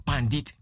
pandit